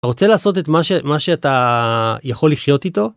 רוצה לעשות את מה שאתה יכול לחיות איתו.